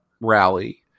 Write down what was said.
rally